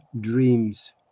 dreams